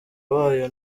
wayo